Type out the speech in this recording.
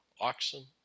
oxen